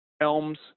Elms